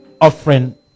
offering